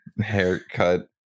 Haircut